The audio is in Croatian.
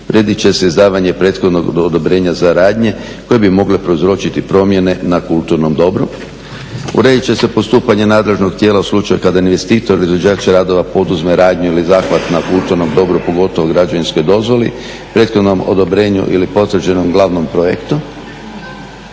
Uredit će se izdavanje prethodnog odobrenja za radnje koje bi mogle prouzročiti promjene na kulturnom dobru. Uredit će se postupanje nadležnog tijela u slučaju kada investitor i izvođač radova poduzme radnju ili zahvat na kulturnom dobru pogotovo građevinskoj dozvoli, prethodnom odobrenju ili potvrđenom glavnom projektu.